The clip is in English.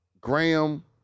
Graham